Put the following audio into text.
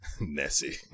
Nessie